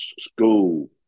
school